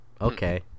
okay